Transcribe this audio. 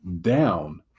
down